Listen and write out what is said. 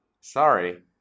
Sorry